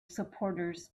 supporters